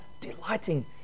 delighting